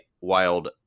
wild